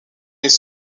des